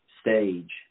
stage